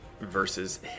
versus